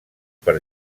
per